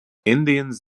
indians